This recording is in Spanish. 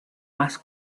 más